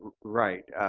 right.